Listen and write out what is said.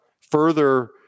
further